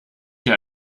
hier